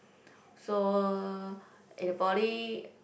so at the Poly